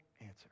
answer